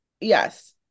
Yes